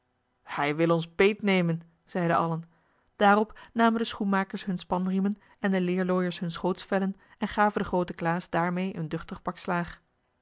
hij wil ons beetnemen zeiden allen daarop namen de schoenmakers hun spanriemen en de leerlooiers hun schootsvellen en gaven den grooten klaas daarmee een duchtig pak slaag